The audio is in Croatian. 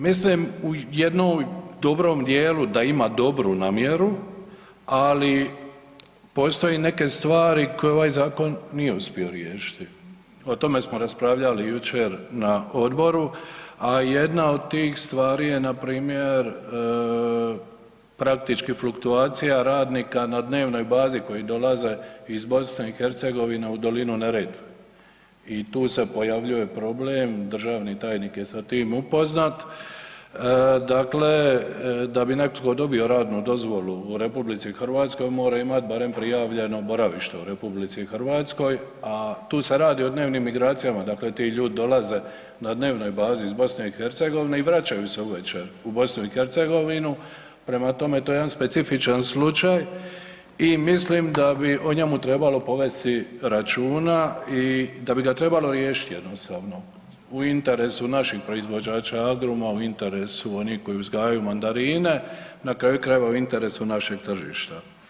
Mislim u jednom dobrom djelu da ima dobru namjeru ali postoji neke stvari koje ovaj zakon nije uspio riješiti, o tome smo raspravljali jučer na odboru, a jedna od tih stvari je npr. praktički fluktuacija radnika na dnevnoj bazi koji dolaze iz BiH-a u dolinu Neretve i tu se pojavljuje problem, državni tajnik je sa tim upoznat, dakle da bi netko dobio radnu dozvolu u RH, mora imat barem prijavljeno boravište u RH a tu se radi o dnevnim migracijama, dakle ti ljudi dolaze na dnevnoj bazi iz BiH-a i vraćaju se uvečer u BiH, prema tome to je jedan specifičan slučaj i mislim da bi o njemu trebalo povesti računa i da bi ga trebalo riješiti jednostavno u interesu naših proizvođača agruma, u interesu onih koji uzgajaju mandarine, na kraju krajeva, u interesu našeg tržišta.